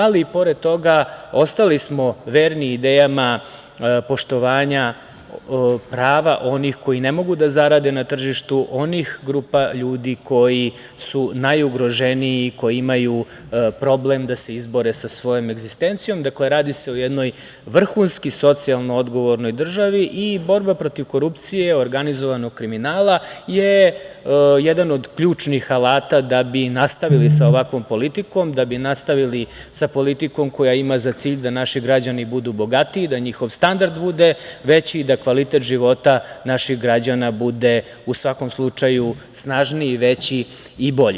Ali, i pored toga, ostali smo verni idejama poštovanja prava onih koji ne mogu da zarade na tržištu, onih grupa ljudi koji su najugroženiji, koji imaju problem da se izbore sa svojom egzistencijom, dakle, radi se o jednoj vrhunski socijalno odgovornoj državi i borba protiv korupcije i organizovanog kriminala je jedan od ključnih alata da bi nastavili sa ovakvom politikom, da bi nastavili sa politikom koja ima za cilj da naši građani budu bogatiji, da njihov standard bude veći i da kvalitet života naših građana bude u svakom slučaju snažniji, veći i bolji.